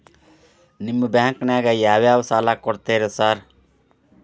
ನಿಮ್ಮ ಬ್ಯಾಂಕಿನಾಗ ಯಾವ್ಯಾವ ಸಾಲ ಕೊಡ್ತೇರಿ ಸಾರ್?